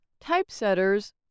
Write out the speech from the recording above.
typesetters